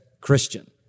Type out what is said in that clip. Christian